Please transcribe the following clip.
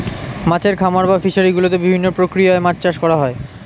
মাছের খামার বা ফিশারি গুলোতে বিভিন্ন প্রক্রিয়ায় মাছ চাষ করা হয়